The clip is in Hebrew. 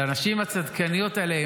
לנשים הצדקניות האלה,